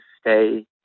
stay